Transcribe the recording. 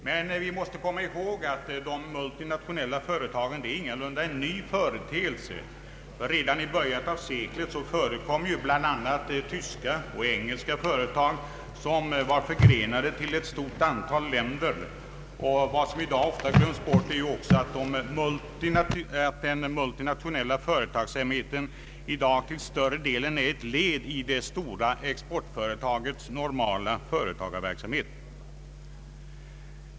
Men vi måste komma ihåg att de multinationella företagen ingalunda är en ny företeelse. Redan i början av seklet förekom bl.a. tyska och engelska företag som var förgrenade till ett stort antal länder. Vad som oftast glöms bort är att den multinationella företagsamheten i dag till större delen är ett led i det stora exportföretagets normala företagarverksamhet.